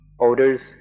odors